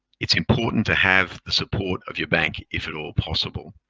it's important to have the support of your bank if at all possible.